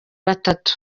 batatu